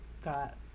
got